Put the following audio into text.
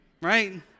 Right